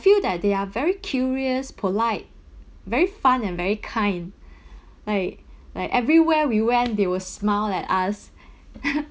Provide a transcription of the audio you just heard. feel that they are very curious polite very fun and very kind like like everywhere we went they will smile at us